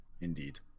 indeed